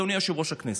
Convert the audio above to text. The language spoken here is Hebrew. אדוני יושב-ראש הכנסת?